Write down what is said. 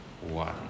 one